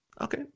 okay